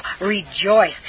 rejoice